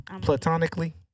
Platonically